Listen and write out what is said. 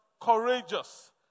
courageous